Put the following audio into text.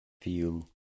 feel